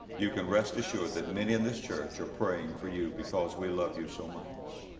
you can rest assured that many in this church are praying for you because we love you so much.